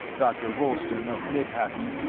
dr. rolleston of mid-hatton,